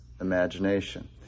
imagination